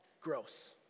Gross